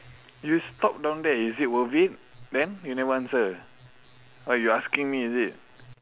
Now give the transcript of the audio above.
you stop down there is it worth it then you never answer what you asking me is it